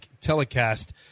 telecast